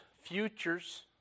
futures